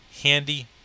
Handy